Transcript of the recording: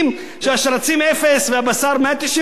שעל השרצים אפס ועל הבשר 190%?